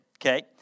okay